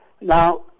Now